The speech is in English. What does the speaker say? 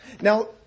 Now